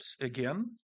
again